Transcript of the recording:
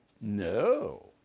No